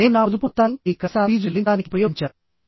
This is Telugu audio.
నేను నా పొదుపు మొత్తాన్ని మీ కళాశాల ఫీజు చెల్లించడానికి ఉపయోగించాను